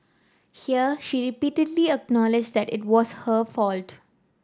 here she repeatedly acknowledged that it was her fault